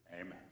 Amen